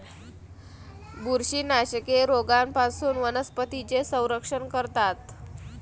बुरशीनाशके रोगांपासून वनस्पतींचे संरक्षण करतात